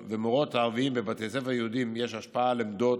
ערבים בבתי ספר יהודיים יש השפעה על עמדות,